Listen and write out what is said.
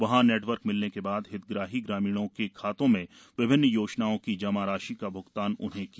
वहाँ नेटवर्क मिलने पर हितग्राही ग्रामीणों के खातों में विभिन्न योजनाओं की जमा राशि का भ्गतान उन्हें किया